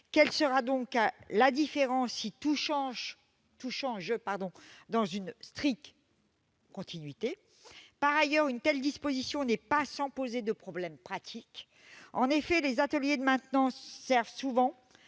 Quelle sera donc la différence si tout change dans une stricte continuité ? Par ailleurs, une telle disposition n'est pas sans poser des problèmes pratiques. En effet, les ateliers de maintenance servent souvent